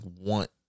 want